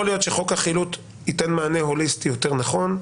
יכול להיות שחוק החילוט ייתן מענה הוליסטי יותר נכון.